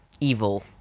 evil